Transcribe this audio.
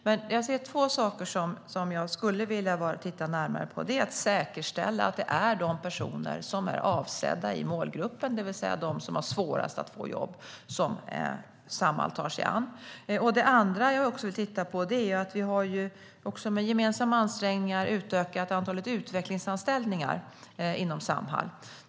Det är två saker som jag skulle vilja titta närmare på. Det första är att säkerställa att det är de personer som är avsedda i målgruppen, det vill säga de som har svårast att få jobb, som Samhall tar sig an. Det andra handlar om att vi med gemensamma ansträngningar har utökat antalet utvecklingsanställningar inom Samhall.